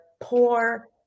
poor